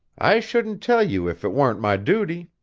i shouldn't tell you if it warn't my duty.